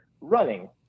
running